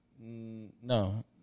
No